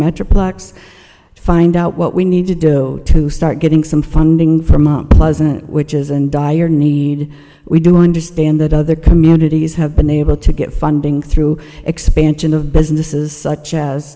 metroplex find out what we need to do to start getting some funding for money which is an dire need we do understand that other communities have been able to get funding through expansion of businesses such as